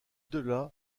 delà